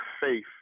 faith